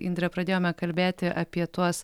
indre pradėjome kalbėti apie tuos